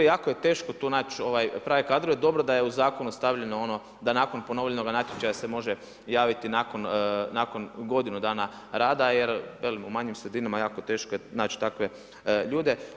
Jako je teško tu naći prave kadrovima, dobro da je u zakonu stavljeno, ono da nakon ponovljenog natječaja se može javiti nakon godinu dana rada, jer u manjim sredinama je jako teško naći takve ljude.